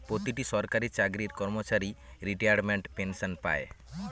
প্রতিটি সরকারি চাকরির কর্মচারী রিটায়ারমেন্ট পেনসন পাই